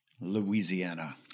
Louisiana